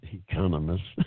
economist